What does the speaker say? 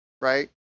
right